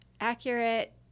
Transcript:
accurate